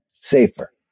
safer